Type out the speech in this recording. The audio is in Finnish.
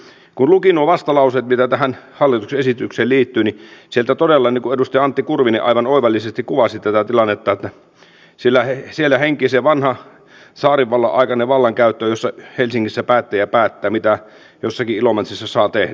ensinnäkin kun luki nuo vastalauseet mitä tähän hallituksen esitykseen liittyy niin sieltä todella niin kuin edustaja antti kurvinen aivan oivallisesti kuvasi tätä tilannetta henkii se vanha tsaarinvallan aikainen vallankäyttö jossa helsingissä päättäjä päättää mitä jossakin ilomantsissa saa tehdä